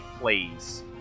please